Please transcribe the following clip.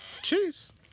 Cheers